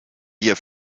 wir